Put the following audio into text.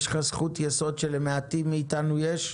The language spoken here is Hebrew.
יש לך זכות יסוד שלמעטים מאיתנו יש,